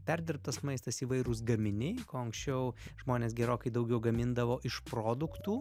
perdirbtas maistas įvairūs gaminiai ko anksčiau žmonės gerokai daugiau gamindavo iš produktų